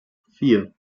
vier